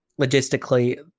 logistically